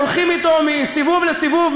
והולכים אתו מסיבוב לסיבוב,